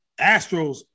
Astros